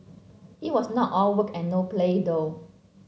it was not all work and no play though